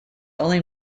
only